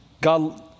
God